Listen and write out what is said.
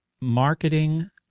marketing